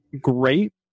great